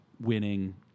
winning